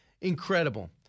Incredible